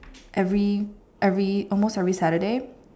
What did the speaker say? every every almost every Saturday